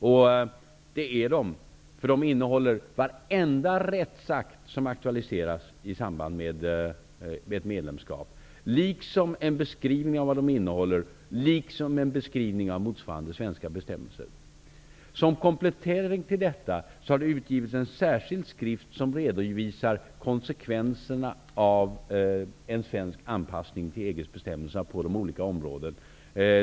De är verkligen fylliga och innehåller varenda rättsakt som aktualiseras i samband med ett medlemskap, liksom en beskrivning av vad de innehåller och en beskrivning av motsvarande svenska bestämmelser. Som ett komplement har det utgivits en särskild skrift som redovisar konsekvenserna av en svensk anpassning till EG:s bestämmelser på de olika områdena.